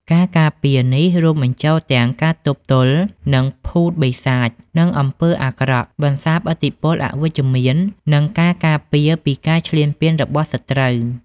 ការការពារនេះ រួមបញ្ចូលទាំង ការទប់ទល់នឹងភូតបិសាច និងអំពើអាក្រក់ បន្សាបឥទ្ធិពលអវិជ្ជមាន និងការការពារពីការឈ្លានពានរបស់សត្រូវ។